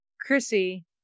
Chrissy